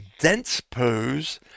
DensePose